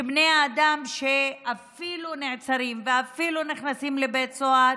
שבני האדם שנעצרים ואפילו נכנסים לבית סוהר